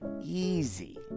easy